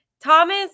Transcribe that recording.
Thomas